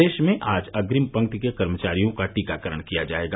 प्रदेश में आज अग्रिम पंक्ति के कर्मचारियों का टीकाकरण किया जाएगा